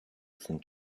from